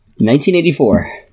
1984